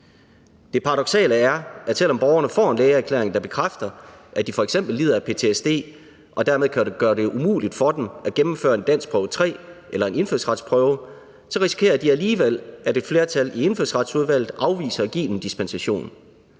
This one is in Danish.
Det paradoksale er, at selv om borgerne får en lægeerklæring, der bekræfter, at de f.eks. lider af ptsd, der dermed kan gøre det umuligt for dem at gennemføre en danskprøve 3 eller en indfødsretsprøve, risikerer de alligevel, at et flertal i Indfødsretsudvalget afviser at give dispensation,